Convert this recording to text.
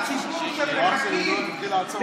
הינה, יש גם דברים שאפשר לשתף עליהם פעולה.